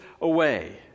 away